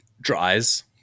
dries